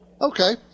Okay